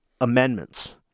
amendments